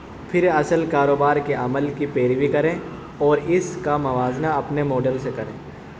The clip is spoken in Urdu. پھر اصل کاروبار کے عمل کی پیروی کریں اور اس کا موازنہ اپنے ماڈل سے کریں